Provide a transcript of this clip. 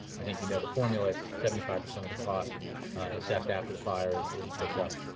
i think you know the formula it's seventy five percent of the costs assessed after the fires is picked up